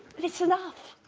it's enough